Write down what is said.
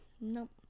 Nope